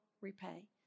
repay